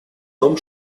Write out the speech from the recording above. том